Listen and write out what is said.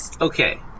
Okay